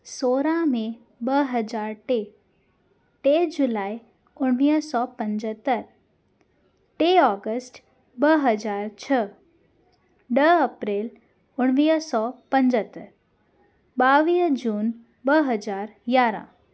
सोरहां मे ॿ हज़ार टे टे जुलाए उणिवीह सौ पंजतरि टे ऑगस्ट ॿ हज़ार छह ॾह अप्रेल उणिवीह सौ पंजतरि ॿावीह जुन ॿ हज़ार यारहां